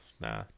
nah